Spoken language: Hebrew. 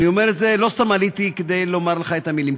לא סתם עליתי כדי לומר לך את המילים.